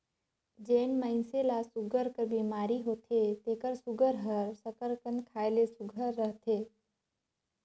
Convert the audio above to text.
जेन मइनसे ल सूगर कर बेमारी होथे तेकर सूगर हर सकरकंद खाए ले सुग्घर रहथे